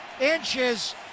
inches